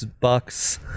Bucks